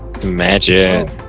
Imagine